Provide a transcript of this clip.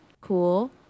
cool